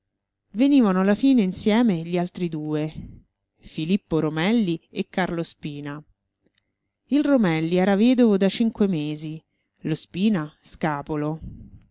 venivano alla fine insieme gli altri due filippo romelli e carlo spina il romelli era vedovo da cinque mesi lo spina scapolo